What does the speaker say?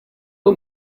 bwo